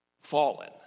fallen